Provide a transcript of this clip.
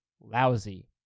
lousy